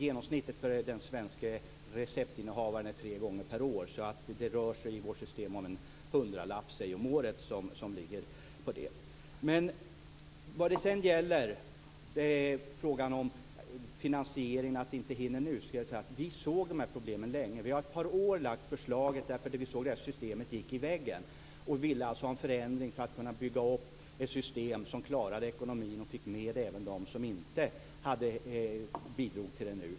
Genomsnittet för den svenske receptinnehavaren är tre gånger per år. Det rör sig i vårt system om en hundralapp om året. Vad sedan gäller frågan om finansieringen och att vi inte hinner klara den nu, såg vi de här problemen länge. Vi har lagt förslaget i ett par år, därför att vi såg att systemet gick i väggen. Vi ville i stället ha en förändring för att kunna bygga upp ett system som klarar ekonomin och få med även dem som inte bidrar till det nu.